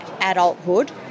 adulthood